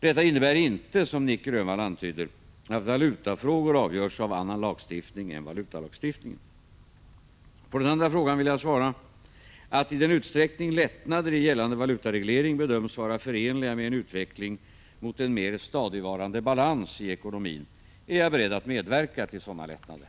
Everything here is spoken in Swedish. Detta innebär inte, som Nic Grönvall antyder, att valutafrågor avgörs av annan lagstiftning än valutalagstiftningen. På den andra frågan vill jag svara att i den utsträckning lättnader i gällande valutareglering bedöms vara förenliga med en utveckling mot en mer stadigvarande balans i ekonomin är jag beredd att medverka till sådana lättnader.